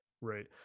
right